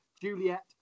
Juliet